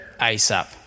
ASAP